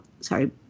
sorry